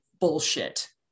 bullshit